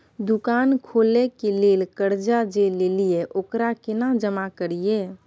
दुकान खोले के लेल कर्जा जे ललिए ओकरा केना जमा करिए?